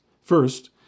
First